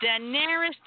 Daenerys